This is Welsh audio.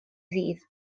ddydd